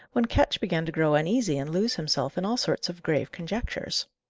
when ketch began to grow uneasy and lose himself in all sorts of grave conjectures.